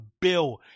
bill